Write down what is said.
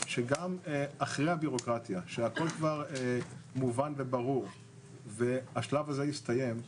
שגם אחרי הבירוקרטיה שהכול כבר מובן וברור והשלב הזה הסתיים,